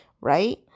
Right